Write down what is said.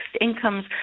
incomes